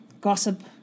gossip